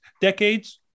decades